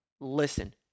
listen